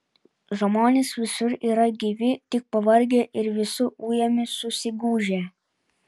žmonės visur yra gyvi tik pavargę ir visų ujami susigūžę